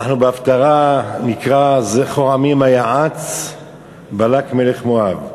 אנחנו בהפטרה נקרא: זכור עמי מה יעץ בלק מלך מואב.